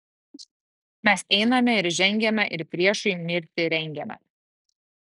mes einame ir žengiame ir priešui mirtį rengiame